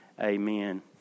amen